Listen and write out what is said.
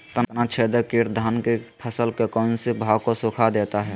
तनाछदेक किट धान की फसल के कौन सी भाग को सुखा देता है?